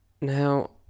Now